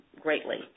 greatly